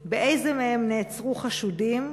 2. באיזה מהם נעצרו חשודים?